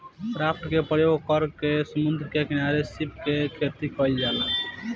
raft के प्रयोग क के समुंद्र के किनारे सीप के खेतीम कईल जाला